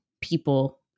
people